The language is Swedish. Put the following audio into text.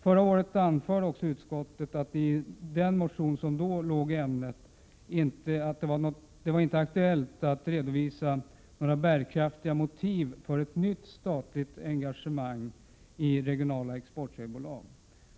Förra året anförde utskottet att det i den motion som då förelåg i ämnet inte hade redovisats några bärkraftiga motiv för ett nytt statligt engagemang i regionala exportsäljbolag.